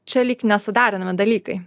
čia lyg nesuderinami dalykai